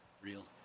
Real